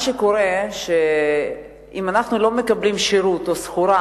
מה שקורה, אם אנחנו לא מקבלים שירות או סחורה,